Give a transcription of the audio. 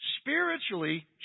spiritually